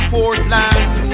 Portland